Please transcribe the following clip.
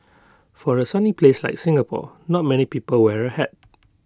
for A sunny place like Singapore not many people wear A hat